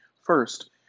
First